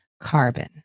carbon